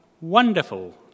wonderful